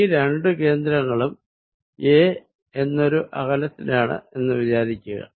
ഈ രണ്ടു കേന്ദ്രങ്ങളും a എന്നൊരു അകലത്തിലാണ് എന്ന് വിചാരിക്കുക